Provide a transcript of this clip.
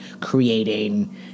creating